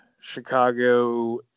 Chicago